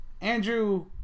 Andrew